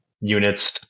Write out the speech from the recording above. units